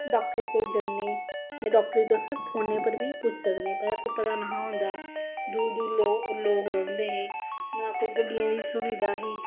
doctor कोल जन्ने जां डाक्टर गी तुस फोने उपर बी पुच्छी सकने भला जंदू नेईं हा होंदा दूर दूर लोक रौंहदे हे ना कोई गड्डियें दी सुविधा ही